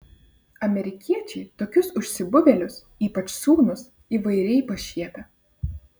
amerikiečiai tokius užsibuvėlius ypač sūnus įvairiai pašiepia